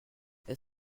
est